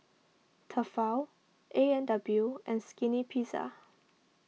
Tefal A and W and Skinny Pizza